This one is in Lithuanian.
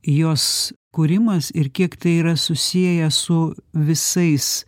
jos kūrimas ir kiek tai yra susieję su visais